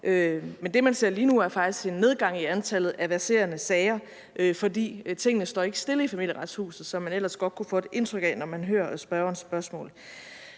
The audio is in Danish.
Men det, man ser lige nu, er faktisk en nedgang i antallet af verserende sager, for tingene står ikke stille i Familieretshuset, som man ellers godt kunne få et indtryk af, når man hører spørgerens spørgsmål.